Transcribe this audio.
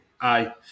aye